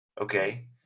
okay